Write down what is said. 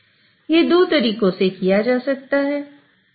यह दो तरीकों से किया जा सकता है